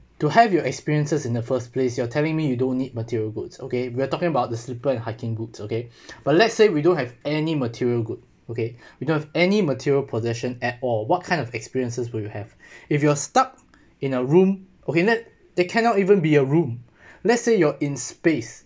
to have your experiences in the first place you're telling me you don't need material goods okay we're talking about the slipper and hiking boots okay but let's say we don't have any material good okay we don't have any material possession at all what kind of experiences will you have if you're stuck in a room okay let they cannot even be a room let's say you're in space